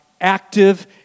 active